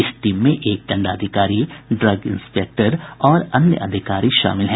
इस टीम में एक दंडाधिकारी ड्रग इंस्पेक्टर और अन्य अधिकारी शामिल हैं